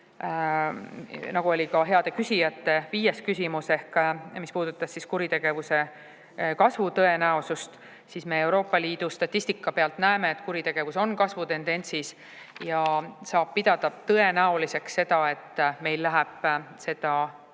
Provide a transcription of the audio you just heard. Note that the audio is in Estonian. nagu oli ka heade küsijate viies küsimus, mis puudutas kuritegevuse kasvu tõenäosust, siis me Euroopa Liidu statistika pealt näeme, et kuritegevus on kasvutendentsis, ja kahjuks võib pidada tõenäoliseks, et meil läheb seda